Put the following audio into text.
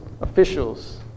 officials